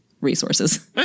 resources